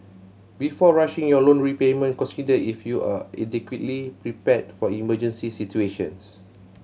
before rushing your loan repayment consider if you are adequately prepared for emergency situations